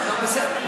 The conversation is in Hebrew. טוב, בסדר.